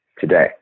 today